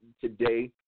today